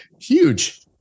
Huge